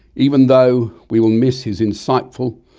even though we will miss his insightful,